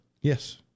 Yes